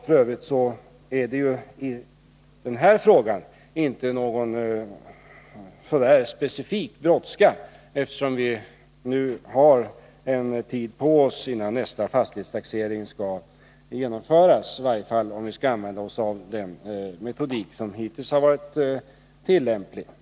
F. ö. är det ju inte någon specifik brådska i den här frågan, eftersom vi nu har tid på oss innan nästa fastighetstaxering skall genomföras — i varje fall om vi skall använda oss av den metodik som hittills har varit tillämplig.